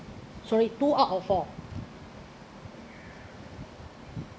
sorry two out of four